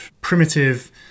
primitive